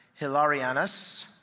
Hilarianus